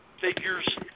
figures